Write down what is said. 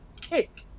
kick